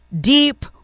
deep